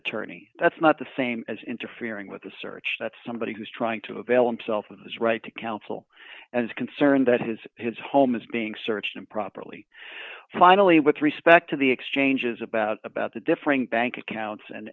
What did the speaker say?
attorney that's not the same as interfering with the search that somebody who's trying to avail himself of his right to counsel and is concerned that his his home is being searched improperly finally with respect to the exchanges about about the differing bank accounts and